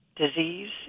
disease